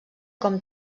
com